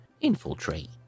infiltrate